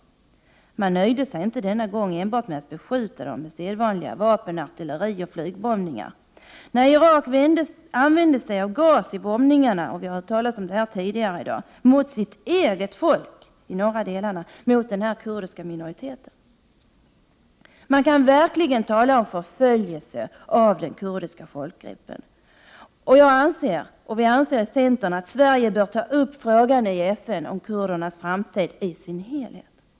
Man nöjde sig inte denna gång enbart med att beskjuta dem med sedvanliga vapen, artilleri och flygbombningar. Vi har hört talas om detta tidigare i dag. Nej, Irak använde sig av gas i bombningarna mot sitt eget folk i de norra delarna, mot denna kurdiska minoritet. Man kan verkligen tala om förföljelse av den kurdiska folkgruppen. Vi i centern anser att Sverige i FN bör ta upp frågan om kurdernas framtid i sin helhet.